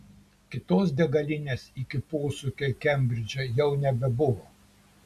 kitos degalinės iki posūkio į kembridžą jau nebebuvo